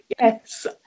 yes